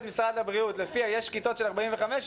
משרד הבריאות לפיה יש כיתות עם 45 תלמידים,